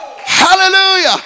Hallelujah